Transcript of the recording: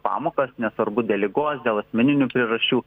pamokas nesvarbu dėl ligos dėl asmeninių priežasčių